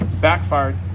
Backfired